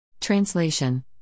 Translation